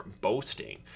boasting